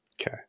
Okay